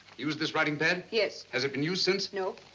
used this writing pad? yes. has it been used since? no.